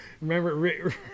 Remember